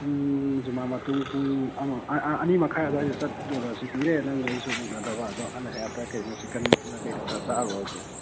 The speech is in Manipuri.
ꯄꯨꯡ ꯖꯨꯃꯥ ꯃꯇꯨꯡ ꯄꯨꯡ ꯑꯃ ꯑꯅꯤ ꯃꯈꯥꯏ ꯑꯗ꯭ꯋꯥꯏ ꯆꯠꯂꯨꯔꯁꯤ ꯀꯨꯏꯔꯦ ꯅꯪꯒ ꯑꯩꯒꯁꯨ ꯎꯅꯗꯕ ꯑꯗꯣ ꯑꯜ ꯍꯌꯥꯠꯇ ꯀꯩꯅꯣ ꯆꯤꯛꯀꯟꯂ ꯀꯩꯅꯣ ꯈꯔ ꯆꯥꯔꯨꯔꯁꯤ